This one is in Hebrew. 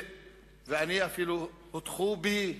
ואפילו הוטחו בי